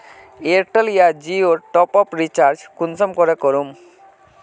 Airtel या जियोर top up recharge कुंसम करे करूम?